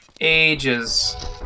ages